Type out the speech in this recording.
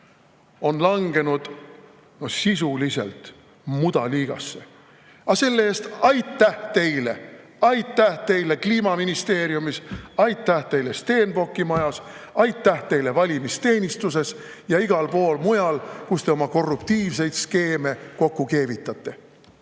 on langenud sisuliselt mudaliigasse. Aga selle eest aitäh teile! Aitäh teile Kliimaministeeriumis, aitäh teile Stenbocki majas, aitäh teile valimisteenistuses ja igal pool mujal, kus te oma korruptiivseid skeeme kokku keevitate!